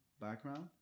background